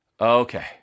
Okay